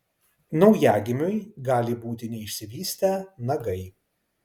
naujagimiui gali būti neišsivystę nagai